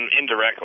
indirectly